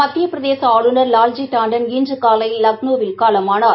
மத்தியபிரதேசஆளுநர் லால்ஜி டாண்டன் இன்றுகாலைலக்னோவில் காலமானார்